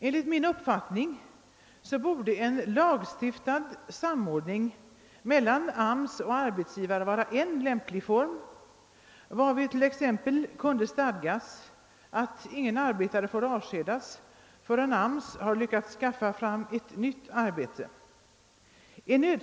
Enligt min mening borde en lagstiftad samverkan mellan arbetsmarknadsstyrelsen och arbetsgivare vara en lämplig form, varvid t.ex. kunde stadgas att ingen arbetare får avskedas förrän arbetsmarknadsstyrelsen lyckats skaffa fram ett nytt ar bete åt vederbörande.